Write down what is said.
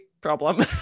Problem